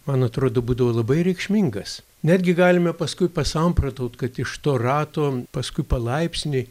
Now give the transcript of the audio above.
man atrodo būdavo labai reikšmingas netgi galime paskui pasamprotaut kad iš to rato paskui palaipsniui